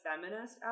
feminist